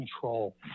control